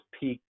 peak